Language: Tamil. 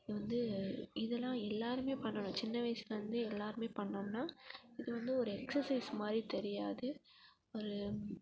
இது வந்து இதல்லா எல்லாரும் பண்ணணும் சின்ன வயசுலேருந்து எல்லாரும் பண்ணிணோம்னா இது வந்து ஒரு எக்ஸசைஸ் மாதிரி தெரியாது ஒரு